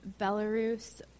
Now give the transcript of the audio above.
Belarus